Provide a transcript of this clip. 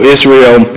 Israel